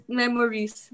memories